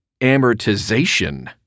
amortization